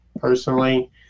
personally